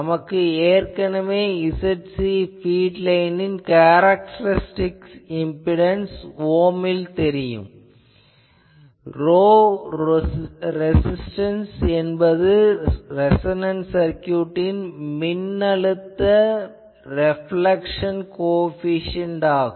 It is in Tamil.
நமக்கு ஏற்கனவே Zc பீட் லைனின் கேரக்டேரிஸ்டிக் இம்பிடன்ஸ் ஓமில் தெரியும் ρres என்பது ரேசொனன்ட் சர்க்குயூட்டின் மின்னழுத்த ரெப்லேக்சன் கோஎபிசியென்ட் ஆகும்